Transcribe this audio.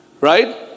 right